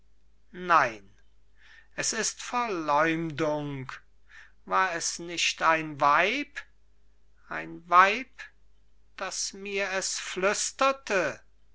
nein es ist verleumdung war es nicht ein weib ein weib das mir es flüsterte